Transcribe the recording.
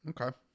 Okay